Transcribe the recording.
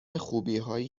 خوبیهایی